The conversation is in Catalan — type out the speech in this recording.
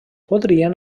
podrien